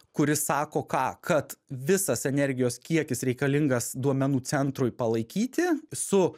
kuris sako ką kad visas energijos kiekis reikalingas duomenų centrui palaikyti su